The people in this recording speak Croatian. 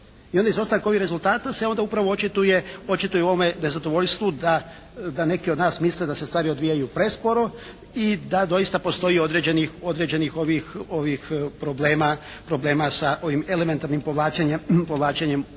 i onda izostanak ovih rezultata se onda upravo očituje u ovome nezadovoljstvu da neki od nas misle da se stvari odvijaju presporo i da doista postoji određenih ovih problema sa ovim elementarnim povlačenjem